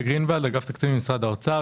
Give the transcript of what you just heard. התקציבים, משרד האוצר.